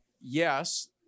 yes